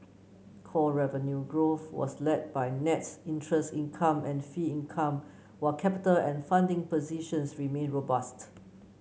core revenue growth was led by net interest income and fee income while capital and funding positions remain robust